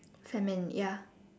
famine ya